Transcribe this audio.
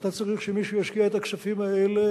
ואתה צריך שמישהו ישקיע את הכספים האלה